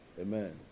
Amen